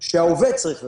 שהעובד צריך לשים.